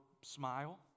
smile